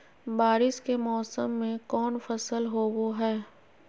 बारिस के मौसम में कौन फसल होबो हाय?